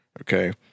Okay